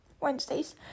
Wednesdays